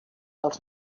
els